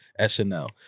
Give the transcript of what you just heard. SNL